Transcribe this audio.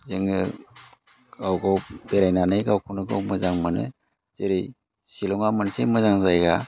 जोङो गाव गाव बेरायनानै गावखौनो मोजां मोनो जेरै सिलंआ मोनसे मोजां जायगा